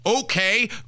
Okay